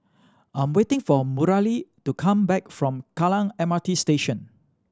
I'm waiting for Mareli to come back from Kallang M R T Station